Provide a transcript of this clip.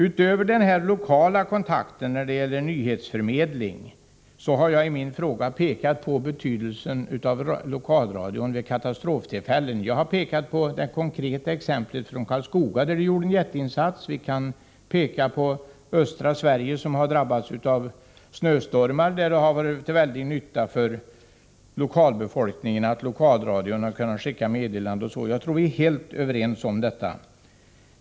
Utöver den lokala kontakten när det gäller nyhetsförmedling har jag i min fråga pekat på lokalradions betydelse vid katastroftillfällen. Jag har pekat på det konkreta exemplet från Karlskoga, där lokalradion gjorde en jätteinsats. Vi kan peka på östra Sverige, som har drabbats av snöstormar, då det har varit till stor nytta för lokalbefolkningen att lokalradion har kunnat skicka meddelanden. Jag tror att vi är helt överens om detta.